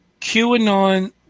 QAnon